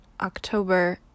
October